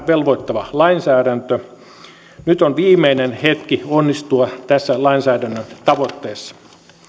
velvoittava lainsäädäntö nyt on viimeinen hetki onnistua tässä lainsäädännön tavoitteessa